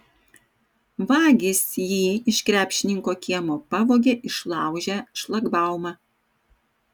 vagys jį iš krepšininko kiemo pavogė išlaužę šlagbaumą